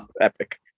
epic